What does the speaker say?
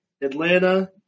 Atlanta